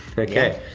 okay.